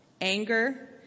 anger